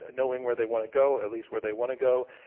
knowing where they want to go, at least where they want to go,